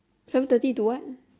seven thirty to what